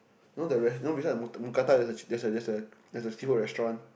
you know the res~ you know beside the Mookata there is a there is a seafood restaurant